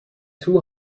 two